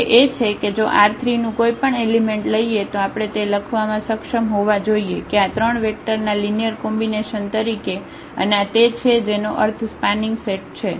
તે એ છે કે જો R3 નું કોઈ પણ એલિમેન્ટ લઈએ તો આપણે તે લખવા માં સક્ષમ હોવા જોઈએ કે આ ત્રણ વેક્ટર ના લિનિયર કોમ્બિનેશન તરીકે અને આ તે છે જેનો અર્થ સ્પાનિંગ સેટ છે